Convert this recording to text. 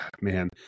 man